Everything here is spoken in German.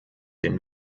den